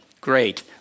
Great